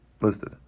listed